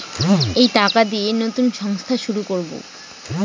এই টাকা দিয়ে নতুন সংস্থা শুরু করবো